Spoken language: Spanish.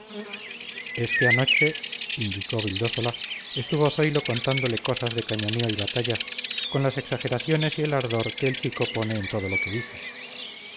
es que anoche indicó vildósola estuvo zoilo contándole cosas de cañoneo y batallas con las exageraciones y el ardor que el chico pone en todo lo que dice